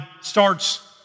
starts